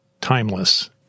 timeless